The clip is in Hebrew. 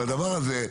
על הדבר הזה,